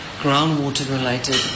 groundwater-related